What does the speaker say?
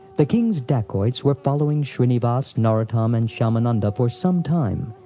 the king's dacoits were following shrinivas, narottam, and shyamananda for some time,